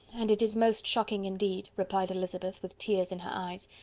and it is most shocking indeed, replied elizabeth, with tears in her eyes,